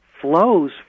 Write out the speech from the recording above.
flows